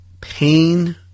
Pain